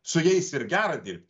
su jais ir gera dirbt